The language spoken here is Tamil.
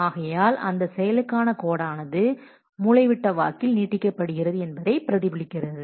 ஆகையால் அந்த செயலுக்கான கோடானது மூலைவிட்ட வாக்கில் நீட்டிக்கப்படுகிறது என்பதை பிரதிபலிக்கிறது